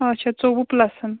اَچھا ژوٚوُہ پُلَس